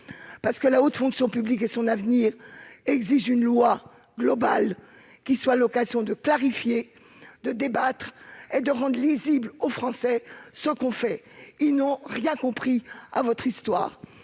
parce que la haute fonction publique et son avenir exigent une loi globale, qui soit l'occasion de clarifier, de débattre et de rendre lisible aux Français ce que l'on fait. En effet, ces derniers n'ont rien compris à votre histoire,